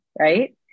Right